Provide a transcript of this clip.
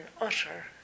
utter